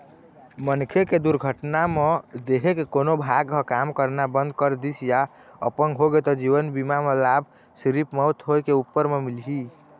मनखे के दुरघटना म देंहे के कोनो भाग ह काम करना बंद कर दिस य अपंग होगे त जीवन बीमा म लाभ सिरिफ मउत होए उपर म मिलही